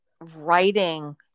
writing